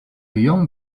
young